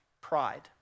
pride